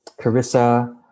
Carissa